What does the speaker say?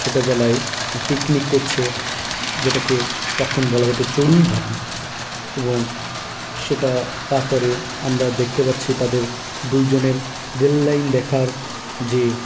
ছোটোবেলায় পিকনিক করছে যেটাকে তখন বলা হতো চড়ুইভাতি এবং সেটা তারপরে আমরা দেখতে পাচ্ছি তাদের দুইজনের রেল লাইন দেখার যে